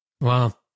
Wow